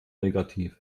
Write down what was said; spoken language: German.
negativ